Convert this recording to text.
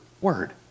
word